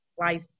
life